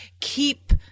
keep